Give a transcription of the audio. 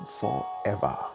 forever